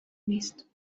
نیست